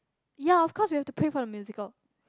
ya of course we have to pay for the musical